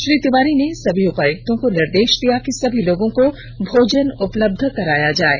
श्री तिवारी ने सभी उपायुक्तों को निर्देष दिया कि सभी लोगों को भोजन उपलब्ध कराया जाये